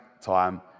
time